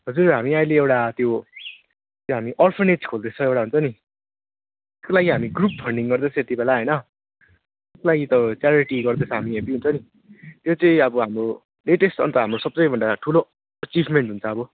हजुर हामी अहिले एउटा त्यो त्यो हामी अर्फनेज खोल्दैछ एउटा हुन्छ नि त्यसको लागि हामी ग्रुप फन्डिङ गर्दैछ यति बेला होइन त्यसको लागि त च्यारिटी गर्दैछ हामी हुन्छ नि त्यो चाहिँ अब हाम्रो लेटेस्ट अन्त हाम्रो सबैभन्दा ठुलो अचिभमेन्ट हुन्छ अब